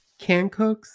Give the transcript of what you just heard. Cancooks